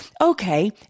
okay